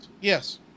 yes